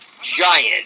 giant